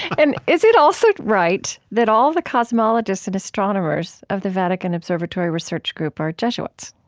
and is it also right that all the cosmologists and astronomers of the vatican observatory research group are jesuits?